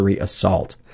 assault